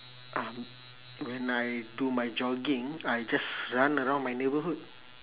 um when I do my jogging I just run around my neighbourhood